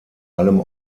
allem